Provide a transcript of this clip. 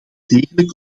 degelijk